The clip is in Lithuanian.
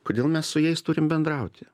kodėl mes su jais turim bendrauti